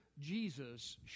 Jesus